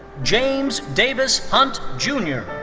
james davis hunt jr.